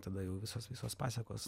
tada jau visos visos pasekos